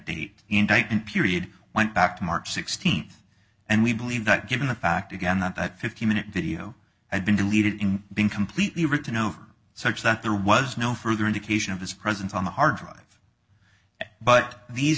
thousand period went back to march sixteenth and we believe that given the fact again that that fifteen minute video and been deleted being completely written over such that there was no further indication of his presence on the hard drive but these